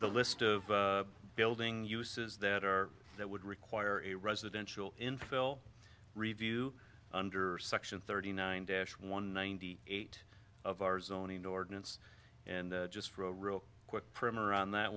the list of building uses that are that would require a residential infill review under section thirty nine dash one ninety eight of our zoning ordinance and just for a real quick primer on that